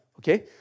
Okay